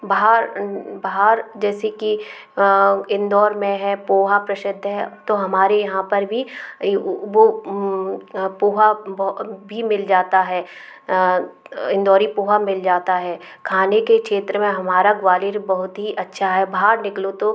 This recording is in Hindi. बाहर बाहर जैसे कि इंदौर में है पोहा प्रसिद्ध है तो हमारे यहाँ पर भी वो पोहा भी मिल जाता है इंदौरी पोहा मिल जाता है खाने के क्षेत्र में हमारा ग्वालियर बहुत ही अच्छा है बाहर निकलो तो